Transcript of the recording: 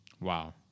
Wow